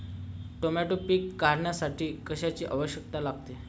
Tomato पीक काढण्यासाठी कशाची आवश्यकता लागते?